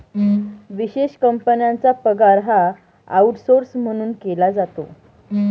विशेष कंपन्यांचा पगार हा आऊटसौर्स म्हणून केला जातो